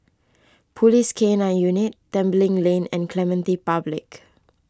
Police K nine Unit Tembeling Lane and Clementi Public